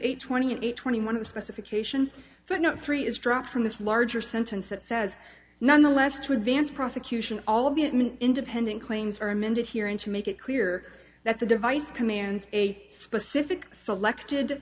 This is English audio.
eight twenty eight twenty one of the specification for no three is dropped from this larger sentence that says nonetheless to advance prosecution all of the independent claims are amended here and to make it clear that the device commands a specific selected